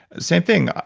same thing.